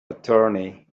attorney